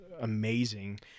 amazing